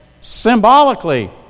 symbolically